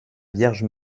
vierge